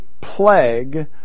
plague